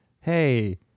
hey